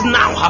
now